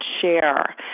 share